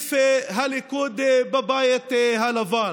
סניף הליכוד בבית הלבן.